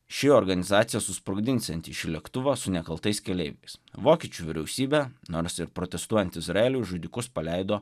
ši organizacija susprogdinsianti šį lėktuvą su nekaltais keleiviais vokiečių vyriausybė nors ir protestuojant izraeliui žudikus paleido